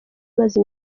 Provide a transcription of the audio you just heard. imaze